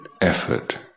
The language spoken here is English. effort